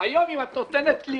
היום אם את נותנת לי,